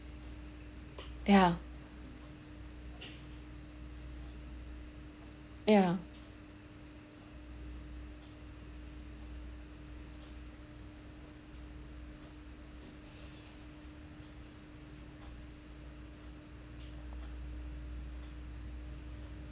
ya ya